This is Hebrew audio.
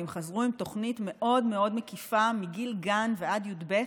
והם חזרו עם תוכנית מאוד מאוד מקיפה מגיל גן ועד י"ב,